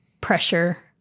pressure